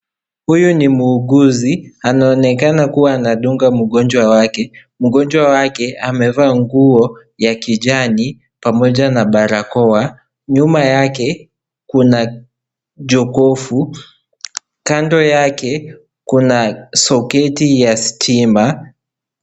Huyu ni muuguzi anaonekana kuwa anadunga mgonjwa wake, mgonjwa wake amevaa nguo ya kijani pamoja na barakoa nyuma yake kuna jokovu, kando yake kuna soketi ya stima.